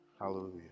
Hallelujah